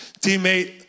teammate